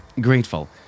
Grateful